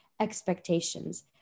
expectations